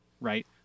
right